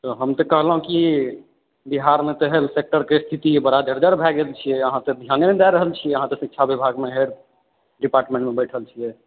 हम तऽ कहलहुँ कि बिहारमे तऽ हेल्थ सेक्टरके स्थिति तऽ बड़ा जर्जर भए गेल छियै अहाँसभ ध्याने नहि दए रहल छी अहाँ तऽ शिक्षा विभागमे हेड डिपार्टमेन्टमे बैठल छियै